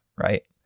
right